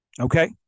Okay